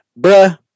Bruh